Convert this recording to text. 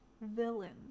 villains